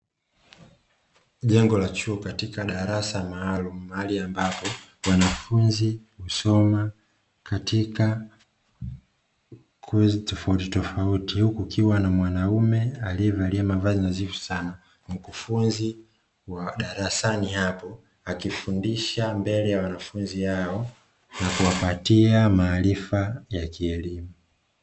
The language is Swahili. Jengo la chuo katika darasa maalumu mahali ambapo wanafunzi husoma katika kozi tofauti tofauti, kukiwa na mwanaume aliyevalia mavazi nadhifu sana, mkufunzi wa darasani hapo akifundisha mbele ya wanafunzi hao na kuwapatia maarifa ya kielimu.